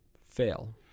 fail